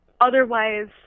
otherwise